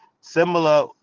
similar